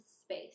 space